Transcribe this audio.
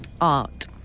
Art